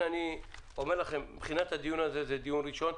רוצה לקבל את ה"אני מאמין" של המשרד.